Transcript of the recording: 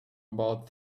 about